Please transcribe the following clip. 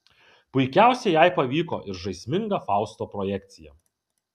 puikiausiai jai pavyko ir žaisminga fausto projekcija